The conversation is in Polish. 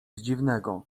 dziwnego